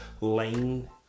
lane